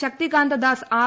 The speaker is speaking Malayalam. ശക്തികാന്ത ദാസ് ആർ